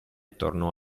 tornò